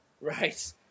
Right